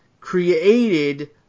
created